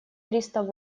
тридцать